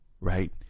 right